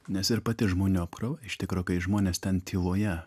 nes ir pati žmonių apkrova iš tikro kai žmonės ten tyloje